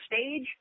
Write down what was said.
stage